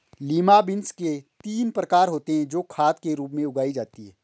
lima beans के तीन प्रकार होते हे जो खाद के रूप में उगाई जाती हें